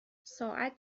ساعت